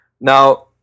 Now